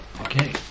Okay